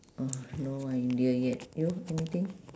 uh no idea yet you anything